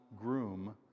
groom